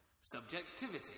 Subjectivity